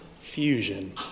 fusion